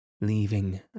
leaving